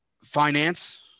Finance